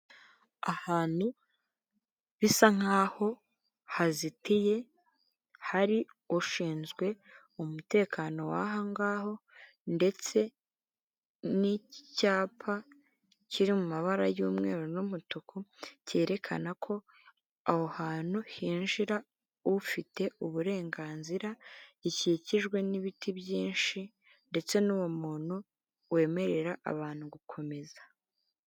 Ahantu bisa nkaho hazitiye hari ushinzwe umutekano wahongaho ndetse n'icyapa kiri mu mabara y'umweru n'umutuku cyerekana ko aho hantu hinjira ufite uburenganzira gikikijwe n'ibiti byinshi ndetse n'uwo muntu wemerera abantu gukomeza.